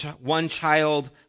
one-child